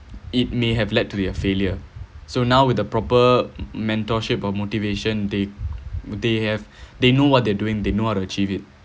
it may have led to be a failure so now with the proper mentorship or motivation they they have they know what they're doing they know how to achieve it